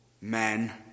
men